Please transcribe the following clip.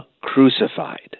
crucified